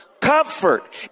Comfort